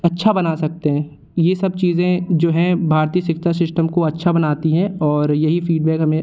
अच्छा बना सकते हैं यह सब चीज़ें जो हैं भारतीय शिक्षा सिश्टम को अच्छा बनाती हैं और यही फ़ीडबैक हमें